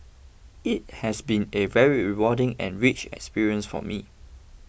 it has been a very rewarding and rich experience for me